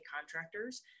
contractors